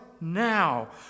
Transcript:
now